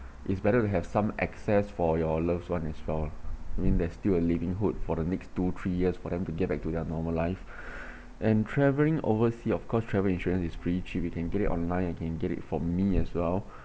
it's better to have some access for your loved one as well lah I mean there's still a living hood for the next two three years for them to get back to their normal life and travelling oversea of course travel insurance is pretty cheap you can get it online and can get it from me as well